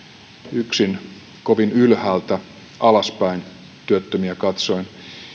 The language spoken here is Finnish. yksin kovin ylhäältä alaspäin työttömiä katsoen